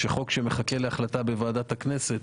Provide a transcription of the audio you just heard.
שחוק שמחכה להחלטה בוועדת הכנסת,